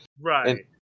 Right